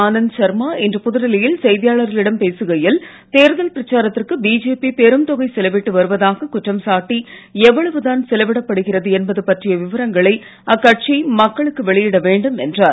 ஆனந்த் சர்மா இன்று புதுடில்லியில் செய்தியாளர்களிடம் பேசுகையில் தேர்தல் பிரச்சாரத்திற்கு பிஜேபி பெரும் தொகை செலவிட்டு வருவதாக குற்றம் சாட்டி எவ்வளவுதான செலவிடப்படுகிறது என்பது பற்றிய விவரங்களை அக்கட்சி மக்களுக்கு வெளியிட வேண்டும் என்றார்